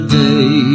day